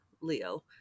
Leo